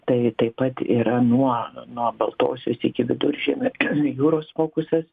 tai taip pat yra nuo nuo baltosios iki viduržemio jūros fokusas